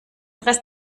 rest